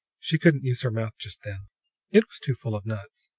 she couldn't use her mouth just then it was too full of nuts.